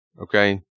Okay